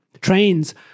trains